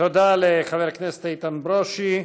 תודה לחבר הכנסת איתן ברושי.